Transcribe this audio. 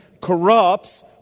corrupts